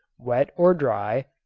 wet or dry,